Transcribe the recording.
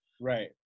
Right